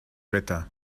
wetter